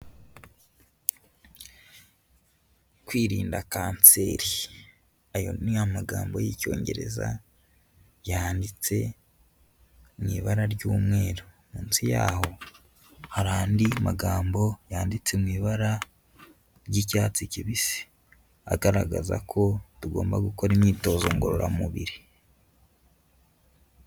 Kwirinda kanseri. Ayo ni amagambo y'icyongereza yanditse mu ibara ry'umweru. Munsi yaho hari andi magambo yanditse mu ibara ry'icyatsi kibisi. Agaragaza ko tugomba gukora imyitozo ngororamubiri.